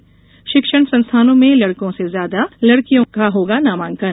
शिक्षण संस्थानों में लड़कों से ज्यादा लड़कियों का होगा नामांकन